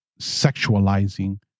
sexualizing